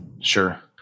Sure